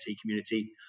community